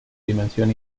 dimensión